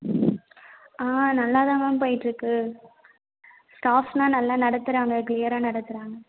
ஆ நல்லா தான் மேம் போயிட்டுருக்குது ஸ்டாஃபெலாம் நல்லா நடத்துகிறாங்க கிளியராக நடத்துகிறாங்க